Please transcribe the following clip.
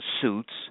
suits